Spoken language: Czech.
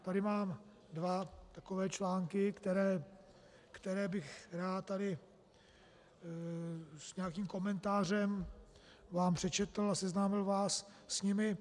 Tady mám dva takové články, které bych rád tady s nějakým komentářem vám přečetl a seznámil vás s nimi.